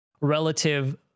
relative